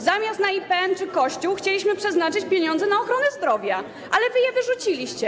Zamiast na IPN czy Kościół chcieliśmy przeznaczyć pieniądze na ochronę zdrowia, ale wy je wyrzuciliście.